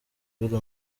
biri